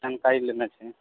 जानकारी लेनाइ छै